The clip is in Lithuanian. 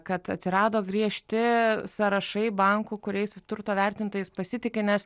kad atsirado griežti sąrašai bankų kuriais turto vertintojais pasitiki nes